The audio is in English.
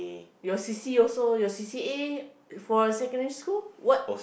your C_C also your C_C_A for secondary school what